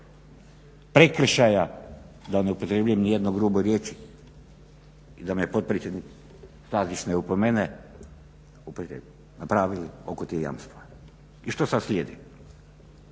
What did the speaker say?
prekršaja da ne upotrijebim ni jednu grubu riječ da me potpredsjednik Stazić ne opomene napravili oko tih jamstava. I što sad slijedi?